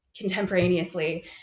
contemporaneously